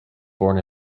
born